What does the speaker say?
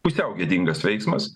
pusiau gėdingas veiksmas